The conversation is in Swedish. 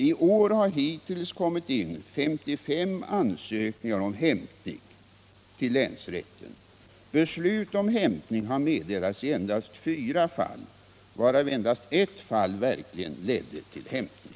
I år har hittills kommit in 55 ansökningar till länsrätten om hämtning. Beslut om hämtning har meddelats i endast fyra fall, varav endast ett fall verkligen ledde till hämtning.